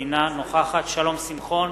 שלום שמחון,